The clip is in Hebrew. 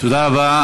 תודה רבה.